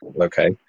okay